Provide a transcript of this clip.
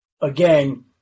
again